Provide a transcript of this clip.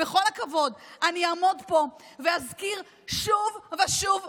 בכל הכבוד, אני אעמוד פה ואזכיר שוב ושוב ושוב,